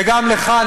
וגם לך,